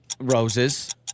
Roses